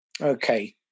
Okay